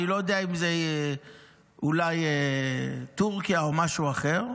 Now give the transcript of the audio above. אני לא יודע אם זה אולי טורקיה או משהו אחר,